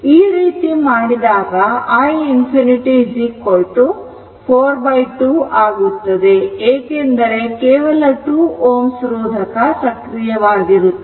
ಈ ರೀತಿ ಮಾಡಿದಾಗ i ∞4 2 ಆಗುತ್ತದೆ ಏಕೆಂದರೆ ಕೇವಲ 2 Ω ರೋಧಕ ಸಕ್ರಿಯವಾಗಿರುತ್ತದೆ